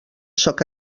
sóc